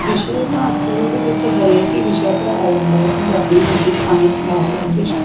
ਵਿਸ਼ੇ ਤਾਂ ਸਕੂਲ ਦੇ ਵਿੱਚ ਹਰੇਕ ਹੀ ਵਿਸ਼ਾ ਪੜ੍ਹਾਇਆ ਜਾਂਦਾ ਹੈ Punjabi Hindi science math English